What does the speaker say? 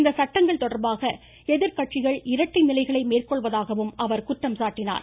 இந்த சட்டங்கள் தொடர்பாக எதிர்கட்சிகள் இரட்டை நிலைகளை மேற்கொள்வதாக குற்றம் சாட்டினார்